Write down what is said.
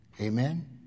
Amen